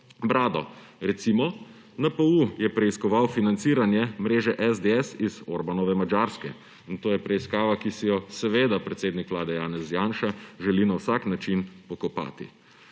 brado. Recimo NPU je preiskoval financiranje mreže SDS iz Orbanove Madžarske. In to je preiskava, ki si jo predsednik vlade Janez Janša želi na vsak način pokopati.